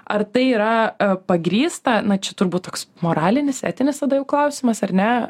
ar tai yra pagrįsta na čia turbūt toks moralinis etinis tada jau klausimas ar ne